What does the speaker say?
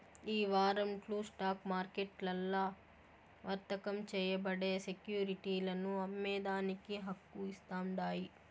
ఈ వారంట్లు స్టాక్ మార్కెట్లల్ల వర్తకం చేయబడే సెక్యురిటీలను అమ్మేదానికి హక్కు ఇస్తాండాయి